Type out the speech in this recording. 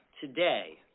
Today